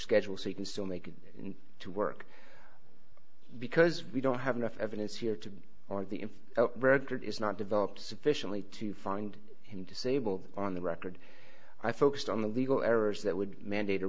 schedule so you can still make it to work because we don't have enough evidence here to or the info record is not developed sufficiently to find him disabled on the record i focused on the legal errors that would mandate